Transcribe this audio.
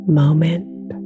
moment